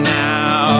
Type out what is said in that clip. now